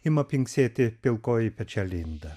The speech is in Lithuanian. ima tvinksėti pilkoji pečialinda